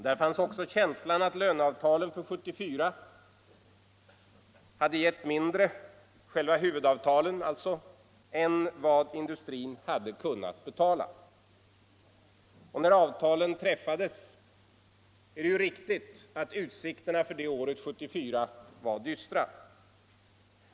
Där fanns också känslan av att löneavtalen för 1974 — alltså själva huvudavtalen — hade gett mindre än vad industrin hade kunnat betala. Det är riktigt att utsikterna för 1974 var dystra när avtalen träffades.